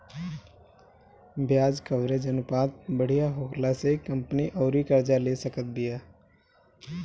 ब्याज कवरेज अनुपात बढ़िया होखला से कंपनी अउरी कर्जा ले सकत बिया